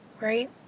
right